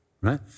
right